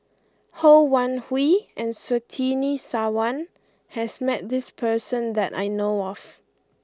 Ho Wan Hui and Surtini Sarwan has met this person that I know of